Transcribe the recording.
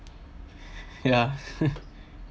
ya